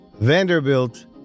Vanderbilt